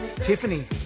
tiffany